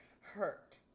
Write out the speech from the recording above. hurt